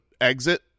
exit